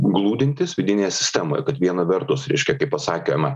glūdintys vidinėje sistemoje kad viena vertus reiškia kai pasakėme